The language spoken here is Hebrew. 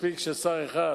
מספיק ששר אחד